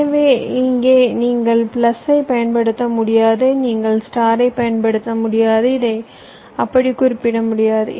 எனவே இங்கே நீங்கள் பிளஸைப் பயன்படுத்த முடியாது நீங்கள் ஸ்டாரை பயன்படுத்த முடியாது இதை அப்படி குறிப்பிட முடியாது